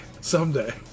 Someday